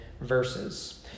verses